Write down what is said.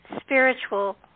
spiritual